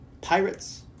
Pirates